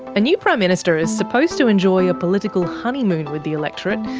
a new prime minister is supposed to enjoy a political honeymoon with the electorate,